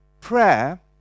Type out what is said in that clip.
Prayer